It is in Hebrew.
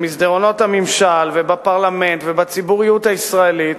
במסדרונות הממשל ובפרלמנט ובציבוריות הישראלית